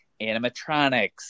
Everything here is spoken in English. animatronics